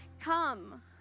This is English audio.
come